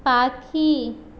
পাখি